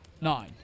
Nine